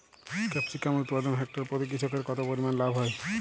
Capsicum উৎপাদনে hectare প্রতি কৃষকের কত পরিমান লাভ হয়?